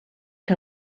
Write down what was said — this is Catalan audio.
que